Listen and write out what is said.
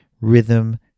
rhythm